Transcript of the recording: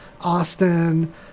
Austin